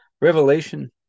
revelation